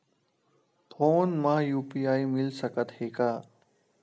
Phone मा UPI मिल सकत हे का?